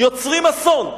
יוצרים אסון,